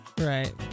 Right